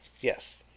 Yes